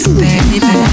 baby